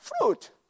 fruit